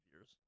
years